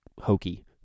hokey